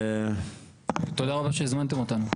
תודה רבה שהזמנתם אותנו.